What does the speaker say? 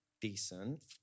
Decent